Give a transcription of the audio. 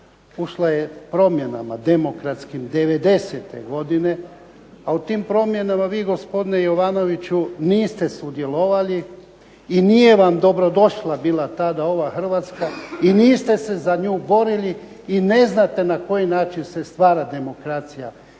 Ušla je promjenama demokratskim '90.-te godine, a u tim promjenama gospodine Jovanoviću niste sudjelovali i nije vam dobrodošla tada ova Hrvatska, i niste se za nju borili i ne znate na koji način se stvara demokracija.